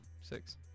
Six